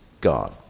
God